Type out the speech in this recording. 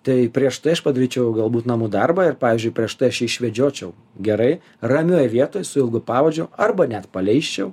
tai prieš tai aš padaryčiau galbūt namų darbą ir pavyzdžiui prieš tai aš jį išvedžiočiau gerai ramioj vietoj su ilgu pavadžiu arba net paleisčiau